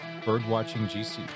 birdwatchinggc